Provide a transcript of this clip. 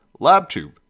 LabTube